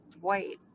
white